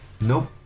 Nope